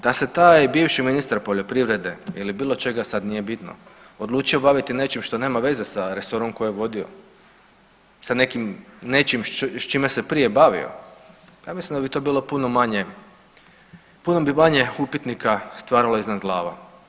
Da se taj bivši ministar poljoprivrede ili bilo čega sad nije bitno odlučio baviti nešto što nema veze sa resorom koji je vodio, sa nekim, nečim s čime se prije bavio ja mislim da bi to bilo puno manje, puno bi manje upitnika stvaralo iznad glava.